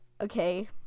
Okay